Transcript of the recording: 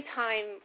time